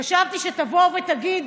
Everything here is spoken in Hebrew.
חשבתי שתבוא ותגיד: